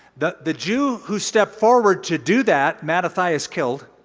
the the jew who stepped forward to do that, matthias killed,